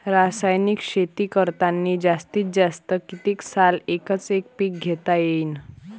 रासायनिक शेती करतांनी जास्तीत जास्त कितीक साल एकच एक पीक घेता येईन?